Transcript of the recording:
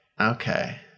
Okay